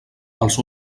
els